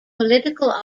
political